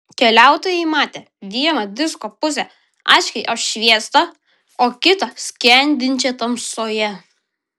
keliautojai matė vieną disko pusę aiškiai apšviestą o kitą skendinčią tamsoje